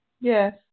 Yes